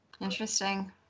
Interesting